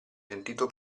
sentito